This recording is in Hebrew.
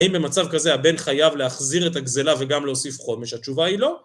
האם במצב כזה הבן חייב להחזיר את הגזלה וגם להוסיף חומש, התשובה היא לא?